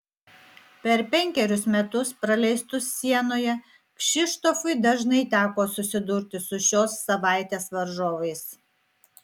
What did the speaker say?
per penkerius metus praleistus sienoje kšištofui dažnai teko susidurti su šios savaitės varžovais